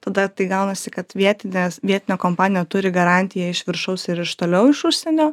tada tai gaunasi kad vietinės vietinė kompanija turi garantiją iš viršaus ir iš toliau iš užsienio